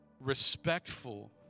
respectful